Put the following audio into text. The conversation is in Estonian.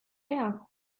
hea